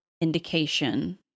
indication